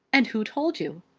and who told you?